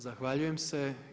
Zahvaljujem se.